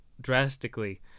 drastically